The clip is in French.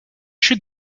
chutes